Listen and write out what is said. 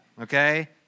Okay